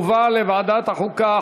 לוועדת החוקה,